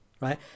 right